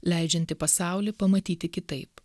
leidžianti pasaulį pamatyti kitaip